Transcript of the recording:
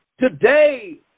today